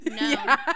No